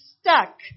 stuck